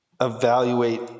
evaluate